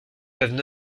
peuvent